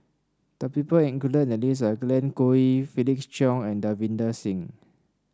the people included in the list are Glen Goei Felix Cheong and Davinder Singh